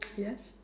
yes